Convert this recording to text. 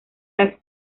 las